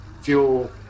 fuel